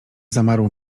zamarło